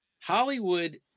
Hollywood